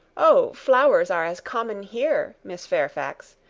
oh, flowers are as common here, miss fairfax,